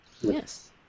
Yes